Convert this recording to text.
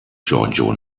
giorgio